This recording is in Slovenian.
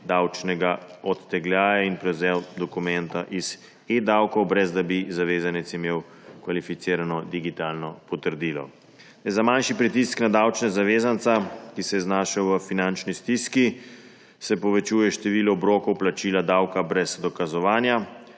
davčnega odtegljaja in prevzem dokumenta iz eDavkov, brez da bi zavezanec imel kvalificirano digitalno potrdilo. Za manjši pritisk na davčnega zavezanca, ki se je znašel v finančni stiski, se povečuje število obrokov plačila davka brez dokazovanja.